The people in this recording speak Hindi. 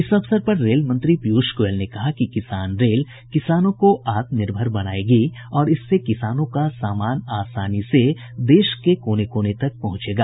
इस अवसर पर रेल मंत्री पीयूष गोयल ने कहा कि किसान रेल किसानों को आत्मनिर्भर बनाएगी और इससे किसानों का सामान आसानी से देश के कोने कोने तक पहुंचेगा